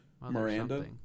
Miranda